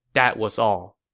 that was all.